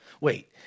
Wait